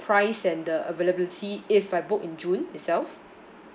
price and the availability if I book in june itself